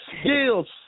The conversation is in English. Skills